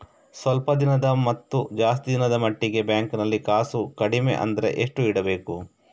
ಸ್ವಲ್ಪ ದಿನದ ಮತ್ತು ಜಾಸ್ತಿ ದಿನದ ಮಟ್ಟಿಗೆ ಬ್ಯಾಂಕ್ ನಲ್ಲಿ ಕಾಸು ಕಡಿಮೆ ಅಂದ್ರೆ ಎಷ್ಟು ಇಡಬೇಕು?